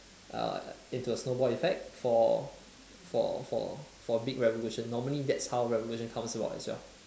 uh into a snowball effect for for for for big revolution normally that's how revolution comes about as well